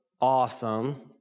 awesome